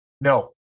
No